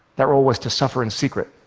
that role was to suffer in secret.